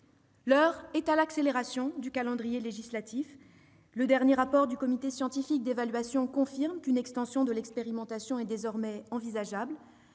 L'heure est à l'accélération du calendrier législatif. Le dernier rapport du comité scientifique d'évaluation confirme qu'une extension de l'expérimentation est désormais envisageable.